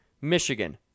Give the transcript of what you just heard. Michigan